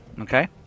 Okay